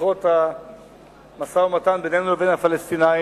שיחות המשא-ומתן בינינו לבין הפלסטינים,